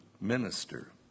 minister